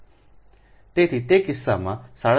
તેથી તે કિસ્સામાં આ 37